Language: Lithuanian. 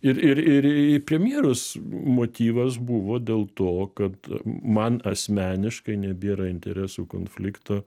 ir ir ir į premjerus motyvas buvo dėl to kad man asmeniškai nebėra interesų konflikto